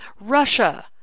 Russia